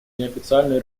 неофициальной